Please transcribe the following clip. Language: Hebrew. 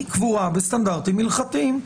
היא קבורה בסטנדרטים הלכתיים.